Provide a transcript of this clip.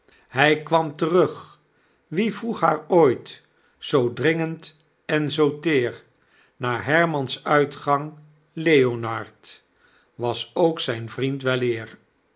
hy kwam terug wie vroeg haar ooit zoo dringend en zoo teer naar herman's uitgang leonard was ook zyn vriend weleer